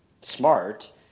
smart